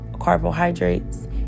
carbohydrates